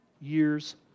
years